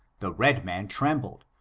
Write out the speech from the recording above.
the red man trembled,